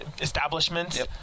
establishments